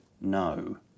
no